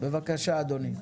בבקשה אדוני.